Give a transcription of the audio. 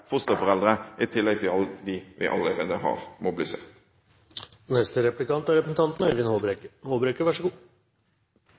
fosterforeldre, i tillegg til dem vi allerede har mobilisert.